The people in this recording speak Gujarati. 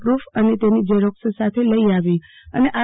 પુફ અને તેની ઝેરોક્ષ સાથે લઇ આવવી અને આર